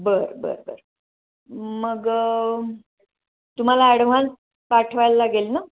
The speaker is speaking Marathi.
बरं बरं बरं मगं तुम्हाला ॲडव्हान्स पाठवायला लागेल ना